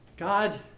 God